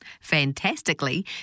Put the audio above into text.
fantastically